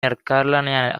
elkarlanean